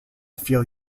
feel